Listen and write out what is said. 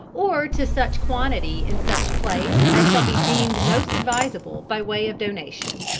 or to such quantity in such place as shall be deemed most advisable by way of donation.